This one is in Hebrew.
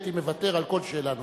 הייתי מוותר על כל שאלה נוספת.